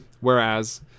whereas